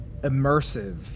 immersive